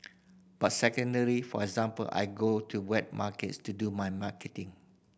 but secondly for example I go to wet markets to do my marketing